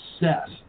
obsessed